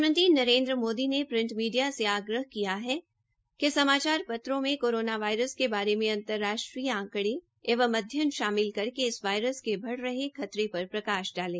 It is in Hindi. प्रधानमंत्री नरेन्द्र मोदी ने प्रिंटमीडिया से आग्रह किया है कि समाचार पत्रो में कोरोना वायरस के बारे में अंतर्राष्ट्रीय आकड़े एवं अध्ययन शामिल करके इस वायरस के बढ़ रहे खतरे पर प्रकाश डाले